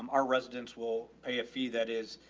um our residents will pay a fee that is,